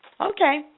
Okay